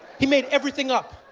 he made everything up